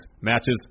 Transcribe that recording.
matches